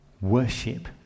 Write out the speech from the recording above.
worship